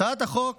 הצעת החוק